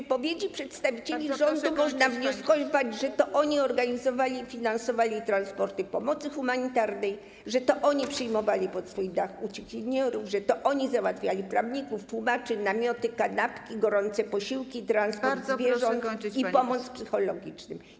Z wypowiedzi przedstawicieli rządu można wnioskować, że to oni organizowali i finansowali transporty pomocy humanitarnej, że to oni przyjmowali pod swój dach uciekinierów, że to oni załatwiali prawników, tłumaczy, namioty, kanapki, gorące posiłki, transport zwierząt i pomoc psychologiczną.